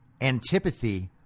antipathy